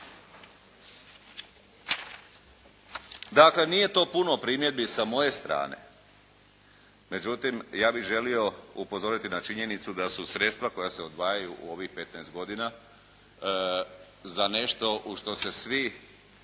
Dakle, nije to puno primjedbi sa moje strane. Međutim, ja bih želio upozoriti na činjenicu da su sredstva koja se odvajaju u ovih 15 godina za nešto u što se svi,